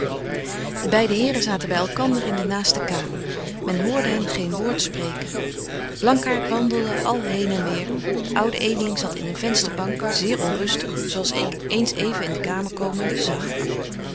de beide heren zaten by elkander in de naaste kamer men hoorde hen geen woord spreken blankaart wandelde al heen en weêr de oude edebetje wolff en aagje deken historie van mejuffrouw sara burgerhart ling zat in een vensterbank zeer onrustig zo als ik eens even in de kamer komende zag